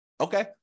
Okay